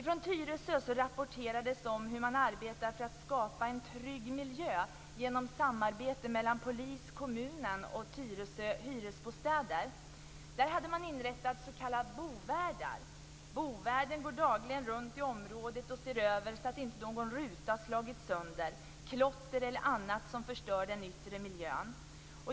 Från Tyresö rapporterades om hur man arbetar för att skapa en trygg miljö genom ett samarbete mellan polis, kommunen och Tyresö hyresbostäder. Där har man inrättat s.k. bovärdar. Bovärden går dagligen runt i området och ser över att inte någon ruta slagits sönder och att det inte finns klotter eller annat som förstör den yttre miljön.